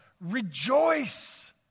rejoice